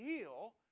heal